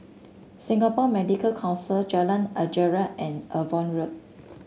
Singapore Medical Council Jalan Anggerek and Avon Road